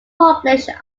published